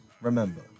remember